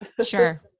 Sure